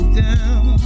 down